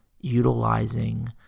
utilizing